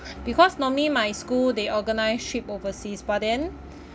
because normally my school they organise trip overseas but then